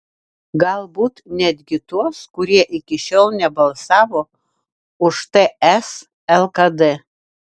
galbūt netgi tuos kurie iki šiol nebalsavo už ts lkd